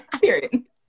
Period